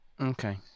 Okay